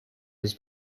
his